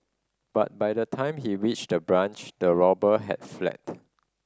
but by the time he reached the branch the robber had fled